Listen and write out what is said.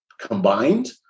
combined